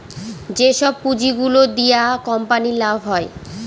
যেসব পুঁজি গুলো দিয়া কোম্পানির লাভ হয়